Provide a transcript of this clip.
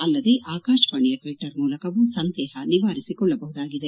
ಅಲ್ಲದೇ ಆಕಾಶವಾಣಿಯ ಟ್ವಿಟರ್ ಮೂಲಕವೂ ಸಂದೇಹ ನಿವಾರಿಸಿಕೊಳ್ಳಬಹುದಾಗಿದೆ